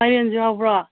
ꯃꯥꯏꯔꯦꯟꯁꯨ ꯌꯥꯎꯕ꯭ꯔꯣ